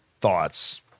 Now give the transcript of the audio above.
thoughts